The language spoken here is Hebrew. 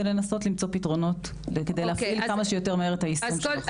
לנסות למצוא פתרונות כדי להפעיל כמה שיותר מהר את יישום החוק.